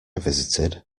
visited